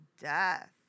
death